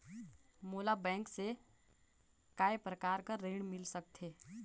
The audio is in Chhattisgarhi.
मोला बैंक से काय प्रकार कर ऋण मिल सकथे?